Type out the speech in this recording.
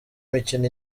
mikino